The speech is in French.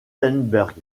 wurtemberg